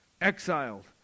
exiled